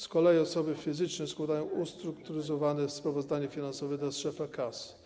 Z kolei osoby fizyczne składają ustrukturyzowane sprawozdania finansowe do szefa KAS.